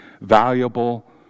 valuable